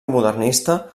modernista